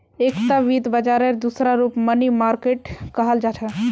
एकता वित्त बाजारेर दूसरा रूप मनी मार्किट कहाल जाहा